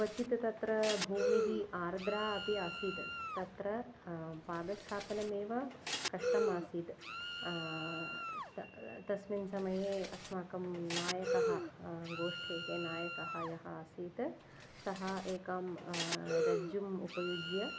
क्वचित् तत्र भूमिः आर्द्रा अपि आसीत् तत्र पादस्थापनमेव कष्टम् आसीत् त तस्मिन् समये अस्माकं नायकः गोष्ठे यः नायकः यः आसीत् सः एकं रज्जुम् उपयुज्य